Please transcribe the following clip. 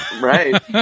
Right